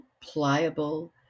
pliable